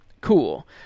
Cool